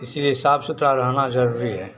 इसलिए साफ सुथरा रहना ज़रूरी है